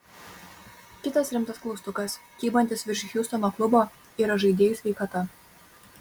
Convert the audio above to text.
kitas rimtas klaustukas kybantis virš hjustono klubo yra žaidėjų sveikata